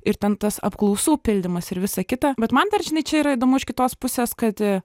ir ten tas apklausų pildymas ir visa kita bet man dar žinai čia yra įdomu iš kitos pusės kad